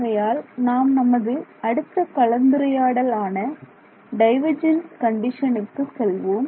ஆகையால் நாம் நமது அடுத்த கலந்துரையாடல் ஆன டைவர்ஜென்ஸ் கண்டிஷனுக்கு செல்வோம்